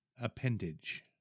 appendage